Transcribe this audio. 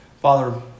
Father